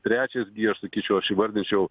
trečias gi aš sakyčiau aš įvardinčiau